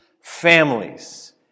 families